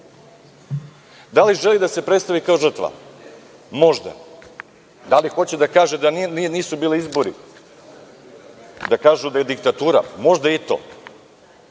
Da li želi da se predstavi kao žrtva? Možda. Da li hoće da kaže da nisu bili izbori, da kažu da je diktatura? Možda i to,